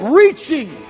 reaching